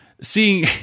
Seeing